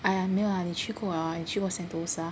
!aiya! 没有 lah 你去过去过 Sentosa